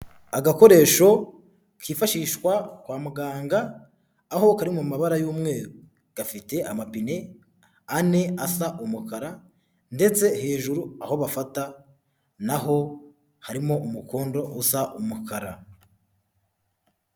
Agakoresho kifashishwa kwa muganga aho kari mu mabara y'umweru gafite amapine ane asa umukara ndetse hejuru aho bafata naho harimo umukondo usa umukara.